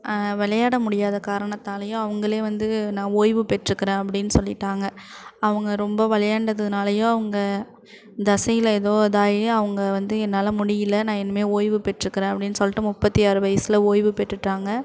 விளையாட முடியாத காரணத்தாலையும் அவங்களே வந்து நான் ஓய்வு பெற்றுக்கிறேன் அப்படின்னு சொல்லிட்டாங்க அவங்க ரொம்ப விளையாண்டதுனாலையும் அவங்க தசையில் எதோக இதாகி அவங்க வந்து என்னால் முடியிலை நான் இனிமேல் ஓய்வு பெற்றுக்கிறேன் அப்படின்னு சொல்லிட்டு முற்பத்தி ஆறு வயசில் ஓய்வு பெற்றுட்டாங்க